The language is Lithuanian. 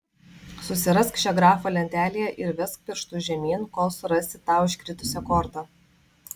susirask šią grafą lentelėje ir vesk pirštu žemyn kol surasi tau iškritusią kortą